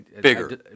bigger